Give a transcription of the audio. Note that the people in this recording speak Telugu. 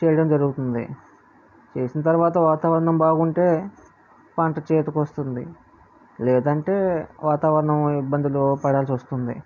చేయడం జరుగుతుంది చేసిన తర్వాత వాతావరణం బాగుంటే పంట చేతికి వస్తుంది లేదంటే వాతావరణం ఇబ్బందులు పడాల్సి వస్తుంది